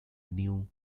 new